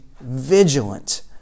vigilant